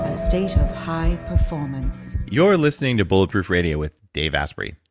a state of high performance you're listening to bulletproof radio with dave asprey.